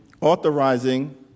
authorizing